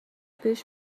بهش